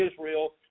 Israel